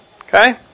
Okay